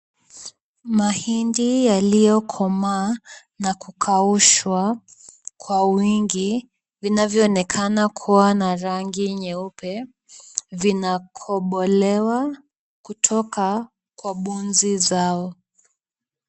Mahindi yaliyokomaa na kukaushwa kwa wingi, vinavyo onekana kuwa na rangi nyeupe, vinakobolewa kutoka kwa bunzi zao.